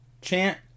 chant